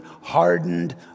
hardened